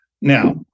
Now